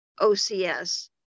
OCS